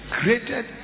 created